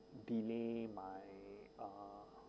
delay my uh